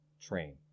train